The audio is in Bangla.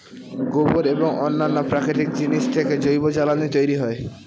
গোবর এবং অন্যান্য প্রাকৃতিক জিনিস থেকে জৈব জ্বালানি তৈরি হয়